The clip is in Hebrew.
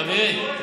חברי,